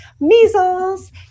measles